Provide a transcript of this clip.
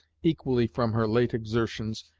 equally from her late exertions,